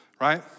right